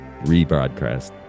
rebroadcast